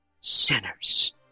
sinners